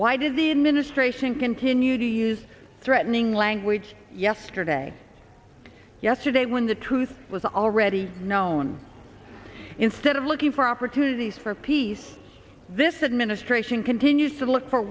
why did the administration continue to use threatening language yesterday yesterday when the truth was already known instead of looking for opportunities for peace this administration continues to look for